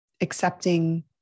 accepting